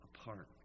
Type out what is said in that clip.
apart